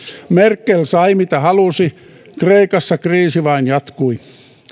merkel sai mitä halusi kreikassa kriisi vain jatkui